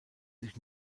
sich